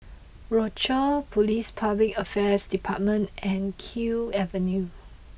Rochor Police Public Affairs Department and Kew Avenue